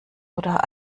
oder